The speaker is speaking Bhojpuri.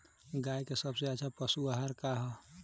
गाय के सबसे अच्छा पशु आहार का ह?